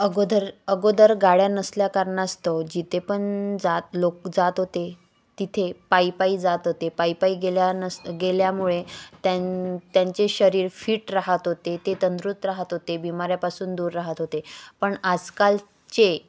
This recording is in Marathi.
अगोदर अगोदर गाड्या नसल्या कारणास्तव जिथे पण जात लोक जात होते तिथे पायीपाई जात होते पायीपाई गेल्या नस गेल्यामुळे त्यांन त्यांचे शरीर फिट राहात होते ते तंदुरुस्त राहत होते बीमाऱ्यापासून दूर राहात होते पण आजकालचे